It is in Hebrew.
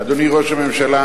אדוני ראש הממשלה,